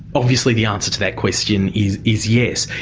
obviously the answer to that question is is yes.